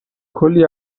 کلی